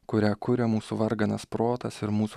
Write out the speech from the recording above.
kurią kuria mūsų varganas protas ir mūsų